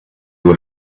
were